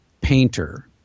painter